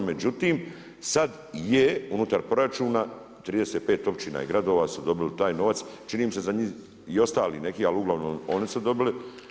Međutim, sada je unutar proračun 35 općina i gradova su dobili taj novac, čini mi se i ostali neki ali uglavnom oni su dobili.